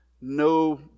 no